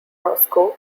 roscoe